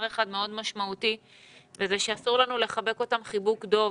אחד מאוד משמעותי וזה שאסור לנו לחבק אותם חיבוק דב.